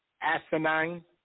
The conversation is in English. asinine